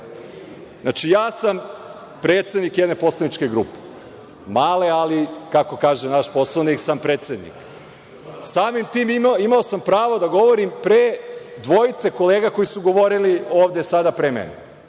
ja sam predsednik jedne poslaničke grupe, male, ali kako kaže naš Poslovnik predsednik sam. Samim tim imao sam pravo da govorim pre dvojice kolega koji su govorili ovde sada pre mene.